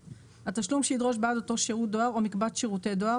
התשלום שידרוש בעד אותו שירות דואר או מקבץ שירותי דואר,